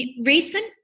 recent